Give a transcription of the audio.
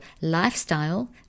lifestyle